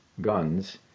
guns